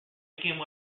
became